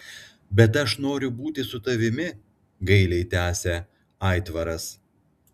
bet aš noriu būti su tavimi gailiai tęsė aitvaras